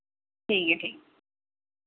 ठीक ऐ ठीक